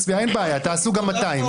תעשו את זה מהר,